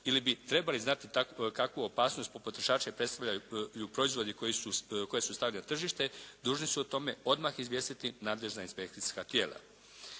ili bi trebali znati kakvu opasnost po potrošače predstavljaju proizvodi koji su stavljeni na tržište dužni su o tome odmah izvijestiti nadležna inspekcijska tijela.